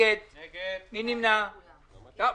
תגיד, גפני,